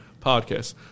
podcast